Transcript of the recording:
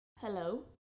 hello